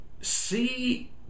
see